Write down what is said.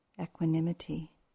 equanimity